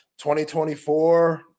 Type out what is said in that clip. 2024